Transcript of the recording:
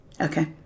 Okay